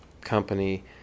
company